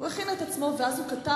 גברתי